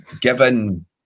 given